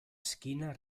esquina